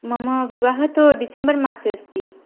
मम विवाहः तु डिसेम्बर् मासे अस्ति